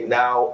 now